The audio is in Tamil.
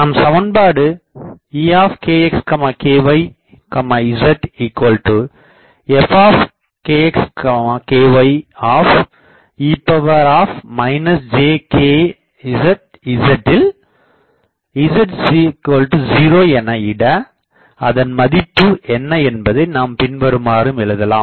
நாம் சமன்பாடு E kx ky zfkx kye jkzz வில் Z0 எனஇட அதன் மதிப்பு என்ன என்பதை நாம் பின்வருமாறு எழுதலாம்